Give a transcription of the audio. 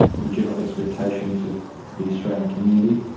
the general expectations of the australian community.